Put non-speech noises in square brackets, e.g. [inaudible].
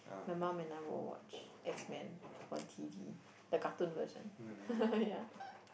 my mum and I will watch X Men one T D the cartoon version [laughs] ya